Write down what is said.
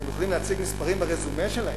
הם יכולים להציג מספרים ברזומה שלהם,